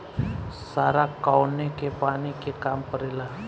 सारा कौनो के पानी के काम परेला